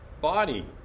body